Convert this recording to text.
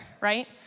right